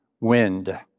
wind